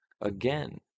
again